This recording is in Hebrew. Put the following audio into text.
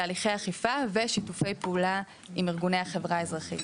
תהליכי אכיפה ושיתופי פעולה עם ארגוני החברה האזרחית.